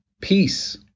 peace